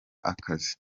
akazi